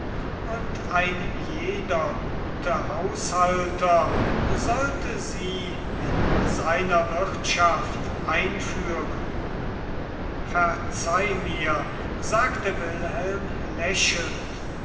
und ein jeder gute haushalter sollte sie in seiner wirtschaft einführen verzeih mir sagte wilhelm lächelnd